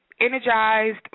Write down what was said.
energized